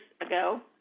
ago